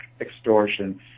extortion